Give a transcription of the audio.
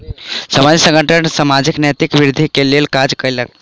सामाजिक संगठन समाजक नैतिकता वृद्धि के लेल काज कयलक